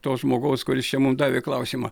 to žmogaus kuris čia mum davė klausimą